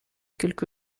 quelque